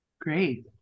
Great